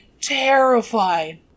terrified